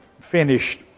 finished